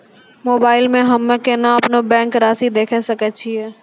Mobile मे हम्मय केना अपनो बैंक रासि देखय सकय छियै?